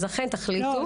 לכן תחליטו.